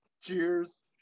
Cheers